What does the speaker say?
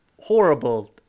horrible